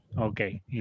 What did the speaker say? Okay